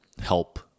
help